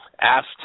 asked